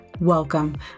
Welcome